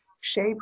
shape